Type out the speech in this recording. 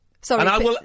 Sorry